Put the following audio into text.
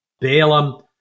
Balaam